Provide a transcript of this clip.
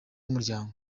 umuryango